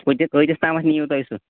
کۭتِہ کۭتِس تامَتھ نِیِو تُہۍ سُہ